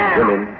women